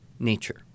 Nature